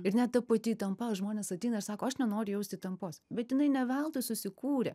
ir net ta pati įtampa žmonės ateina ir sako aš nenoriu jausti įtampos bet jinai ne veltui susikūrė